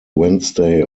wednesday